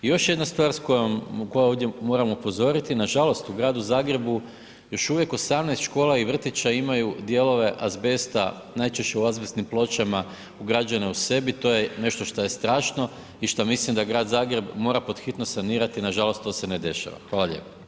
I još jedna stvar s kojom, koju ovdje moram upozoriti, nažalost u Gradu Zagrebu još uvijek 18 škola i vrtića imaju dijelove azbesta, najčešće u azbestnim pločama ugrađene u sebi, to je nešto šta je strašno i šta mislim da Grad Zagreb mora pod hitno sanirati, nažalost to se ne dešava.